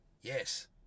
Yes